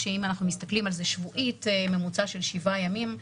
אם אנחנו מסתכלים על זה בממוצע של שבעה ימים,